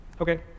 Okay